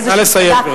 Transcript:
נא לסיים,